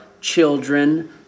children